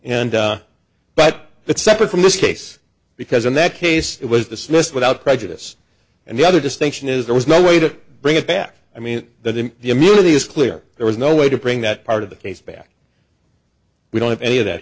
and but that's separate from this case because in that case it was dismissed without prejudice and the other distinction is there was no way to bring it back i mean that in these clear there was no way to bring that part of the case back we don't have any of that